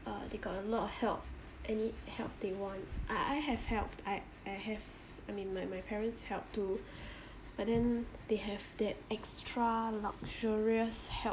uh they got a lot of help any help they want I I have helped I I have I mean my my parents helped too but then they have that extra luxurious help